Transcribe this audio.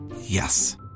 Yes